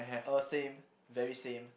uh same very same